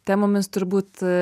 temomis turbūt